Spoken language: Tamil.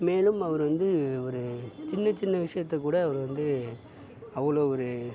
மேலும் அவர் வந்து ஒரு சின்னச் சின்ன விஷயத்தை கூட அவர் வந்து அவ்வளோ ஒரு